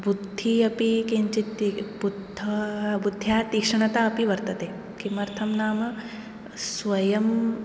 बुद्धिः अपि किञ्चित् ति बुद्धा बुद्ध्याः तीक्ष्णता अपि वर्तते किमर्थं नाम स्वयं